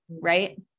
right